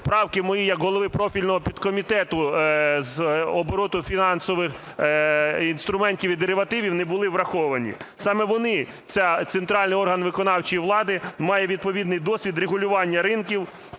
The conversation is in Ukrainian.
правки мої як голови профільного підкомітету з обороту фінансових інструментів і деривативів не були враховані. Саме вони, центральний орган виконавчої влади, має відповідний досвід регулювання ринків